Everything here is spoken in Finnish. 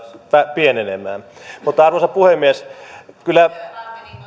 pienenemään mutta arvoisa puhemies kyllä